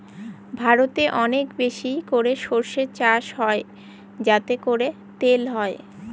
ভারতে অনেক বেশি করে সর্ষে চাষ হয় যাতে করে তেল হয়